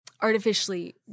artificially